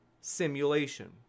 simulation